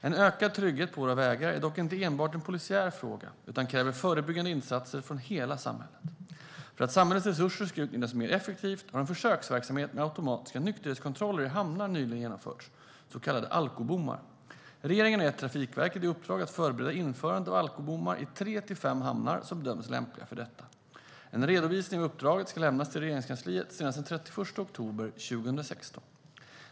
En ökad trygghet på våra vägar är dock inte enbart en polisiär fråga utan kräver förebyggande insatser från hela samhället. För att samhällets resurser ska utnyttjas mer effektivt har en försöksverksamhet med automatiska nykterhetskontroller i hamnar, så kallade alkobommar, nyligen genomförts. Regeringen har gett Trafikverket i uppdrag att förbereda införandet av alkobommar i tre till fem hamnar som bedöms lämpliga för detta. En redovisning av uppdraget ska lämnas till Regeringskansliet senast den 31 oktober 2016.